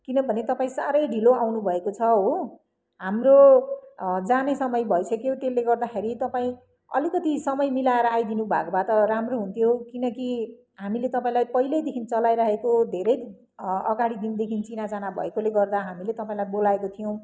किनभने तपाईँ साह्रै ढिलो आउनुभएको छ हो हाम्रो जाने समय भइसक्यो त्यसले गर्दाखेरि तपाईँ अलिकति समय मिलाएर आइदिनु भएको भए त राम्रो हुन्थ्यो किनकि हामीले तपाईँलाई पहिल्यैदेखि चलाइरहेको धेरै अगाडिदेखि चिनाजाना भएकोले गर्दा हामीले तपाईँलाई बोलाएको थियौँ